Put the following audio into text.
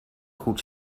goed